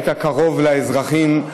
היית קרוב לאזרחים.